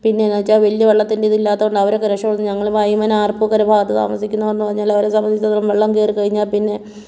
പിന്നെ എന്നാ എന്നു വെച്ചാൽ വലിയ വെള്ളത്തിന്റെ ഇതില്ലാത്തതുകൊണ്ട് അവരൊക്കെ രക്ഷപ്പെടുന്നു ഞങ്ങൾ വഴിമന ആർപ്പൂക്കര ഭാഗത്ത് താമസിക്കുന്നവർ എന്നു പറഞ്ഞാൽ അവരെ സംബന്ധിച്ചിടത്തോളം വെള്ളം കയറി കഴിഞ്ഞാൽ പിന്നെ